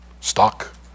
stock